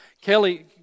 Kelly